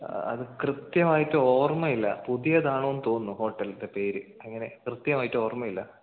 അത് കൃത്യമായിട്ട് ഓർമയില്ല പുതിയതാണെന്നു തോന്നുന്നു ഹോട്ടലിൻ്റെ പേര് അങ്ങനെ കൃത്യമായിട്ട് ഓർമയില്ല